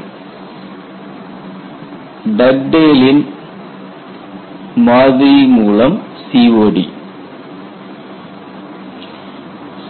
COD from Dugdale's Model டக்டேலின் மாதிரி மூலம் COD